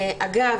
אגב,